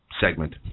segment